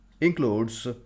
includes